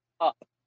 up